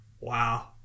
Wow